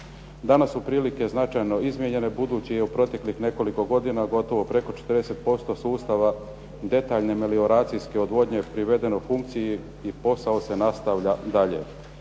Danas su prilike značajno izmijenjene budući je u proteklih nekoliko godina gotovo preko 40% sustava detaljne melioracijske odvodnje privedeno funkciji i posao se nastavlja dalje.